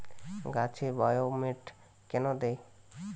গাছে বায়োমেট কেন দেয়?